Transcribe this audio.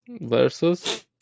versus